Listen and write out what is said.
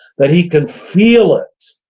that he can feel it,